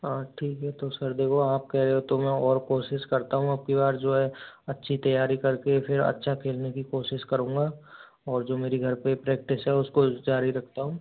हाँ ठीक है तो सर देखो आप कह रहे हो तो मैं और कोशिश करता हूँ अबकी बार जो है अच्छी तैयारी करके फिर अच्छा खेलने की कोशिश करूँगा और जो मेरी घर पे प्रेक्टिस है उसको जारी रखता हूँ